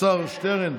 השר שטרן,